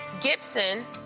Gibson